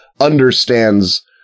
understands